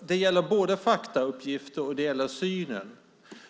Det gäller både faktauppgifterna och synen.